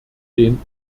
den